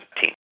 team